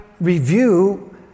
review